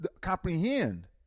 comprehend